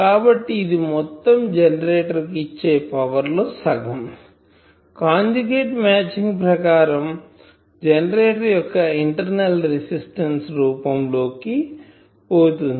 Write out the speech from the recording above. కాబట్టి ఇది మొత్తం జెనరేటర్ కు ఇచ్చే పవర్ లో సగం కాంజుగేట్ మ్యాచింగ్ ప్రకారం జెనరేటర్ యొక్క ఇంటర్నల్ రెసిస్టెన్సు రూపం లోకి పోతుంది